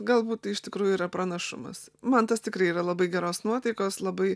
galbūt tai iš tikrųjų yra pranašumas mantas tikrai yra labai geros nuotaikos labai